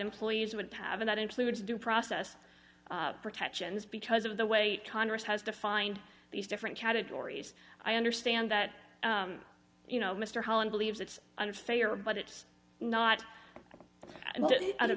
employees would have in that includes due process protections because of the weight congress has to find these different categories i understand that you know mr hollande believes it's unfair but it's not